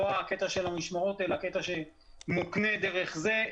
לא הקטע של המשמרות אלא הקטע שמוקנה דרך זה.